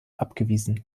abgewiesen